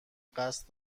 قصد